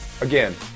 again